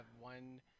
one